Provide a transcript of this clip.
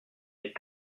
mais